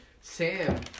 Sam